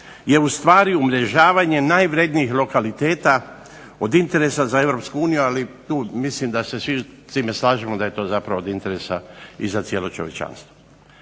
je ustvari umrežavanje najvrjednijih lokaliteta od interesa za Europsku uniju, ali tu mislim da se svi s time slažemo da je to zapravo od interesa i za cijelo čovječanstvo.